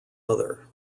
other